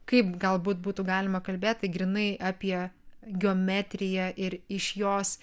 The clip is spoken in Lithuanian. kaip galbūt būtų galima kalbėt tai grynai apie geometriją ir iš jos